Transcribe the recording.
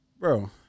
Bro